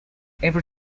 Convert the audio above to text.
every